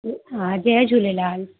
हा जय झूलेलाल